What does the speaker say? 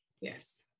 Yes